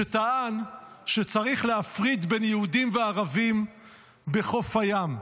שטען שצריך להפריד בין יהודים וערבים בחוף הים.